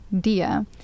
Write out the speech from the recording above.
Dia